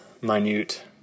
minute